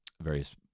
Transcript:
various